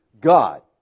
God